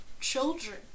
children